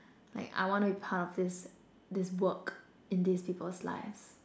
like I wanna be part of this this work in these people's lives